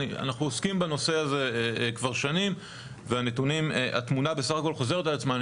אנחנו עוסקים בנושא הזה כבר שנים והתמונה בסך הכל חוזרת על עצמה.